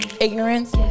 ignorance